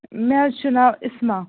مےٚ حظ چھُ ناو اِسما